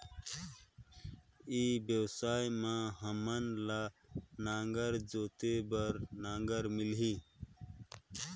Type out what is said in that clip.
ई व्यवसाय मां हामन ला नागर जोते बार नागर मिलही?